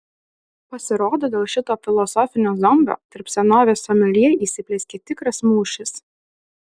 pasirodo dėl šito filosofinio zombio tarp senovės someljė įsiplieskė tikras mūšis